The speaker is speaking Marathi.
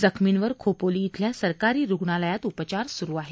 जखमींवर खोपोली इथल्या सरकारी रुग्णालयात उपचार सुरू आहेत